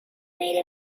made